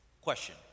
Question